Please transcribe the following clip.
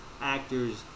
actors